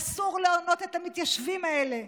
אסור להונות את המתיישבים האלה,